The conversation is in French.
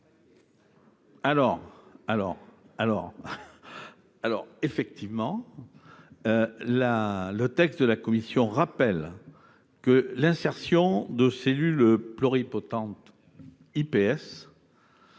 iPS ! Effectivement, le texte de la commission rappelle que l'insertion de cellules pluripotentes iPS